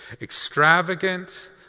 Extravagant